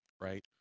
right